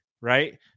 right